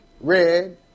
red